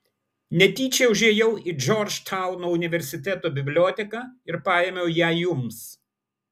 netyčia užėjau į džordžtauno universiteto biblioteką ir paėmiau ją jums